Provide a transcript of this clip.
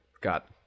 got